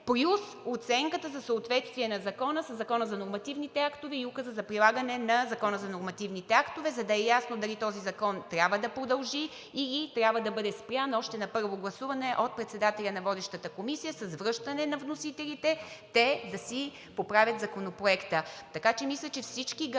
плюс оценката за съответствие на закона със Закона за нормативните актове и Указа за прилагане на Закона за нормативните актове, за да е ясно дали този закон трябва да продължи, или трябва да бъде спрян още на първо гласуване от председателя на водещата комисия с връщане на вносителите те да си поправят законопроекта.